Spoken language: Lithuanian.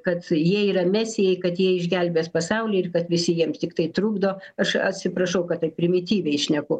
kad jie yra mesijai kad jie išgelbės pasaulį ir kad visi jiems tiktai trukdo aš atsiprašau kad taip primityviai šneku